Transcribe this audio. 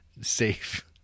safe